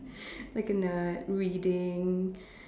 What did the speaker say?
like in a reading